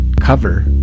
cover